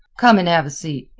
come and have a seat.